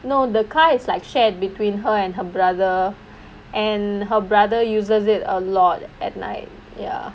no the car is like shared between her and her brother and her brother uses it a lot at night ya